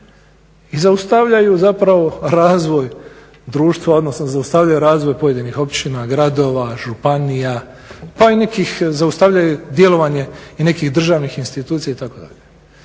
i zaustavljaju zapravo razvoj društva, odnosno zaustavljaju razvoj pojedinih općina, gradova, županija, zaustavljaju djelovanje i nekih državnih institucija itd.